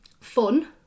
fun